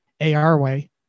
ARWAY